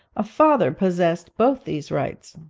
a father possessed both these rights,